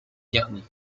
garnis